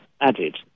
added